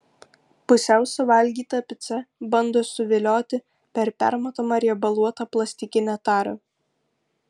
pusiau suvalgyta pica bando suvilioti per permatomą riebaluotą plastikinę tarą